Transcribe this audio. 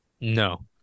No